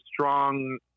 strong